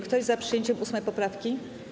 Kto jest za przyjęciem 8. poprawki?